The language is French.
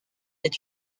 est